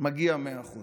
מגיע 100%